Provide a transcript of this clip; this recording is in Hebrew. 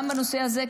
גם בנושא הזה,